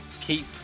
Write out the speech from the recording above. keep